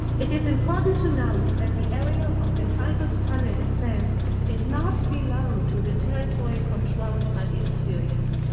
it is important to note that the area of the tigris tunnel itself did not belong to the territory controlled by the assyrians,